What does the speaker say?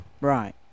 right